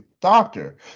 doctor